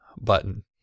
button